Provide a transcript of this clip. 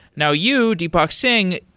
now, you, deepak singh,